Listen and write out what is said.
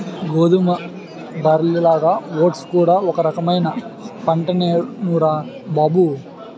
గోధుమ, బార్లీలాగా ఓట్స్ కూడా ఒక రకమైన పంటేనురా బాబూ